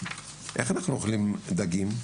איך אנחנו אוכלים דגים?